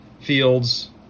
Fields